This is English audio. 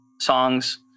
songs